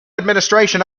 administration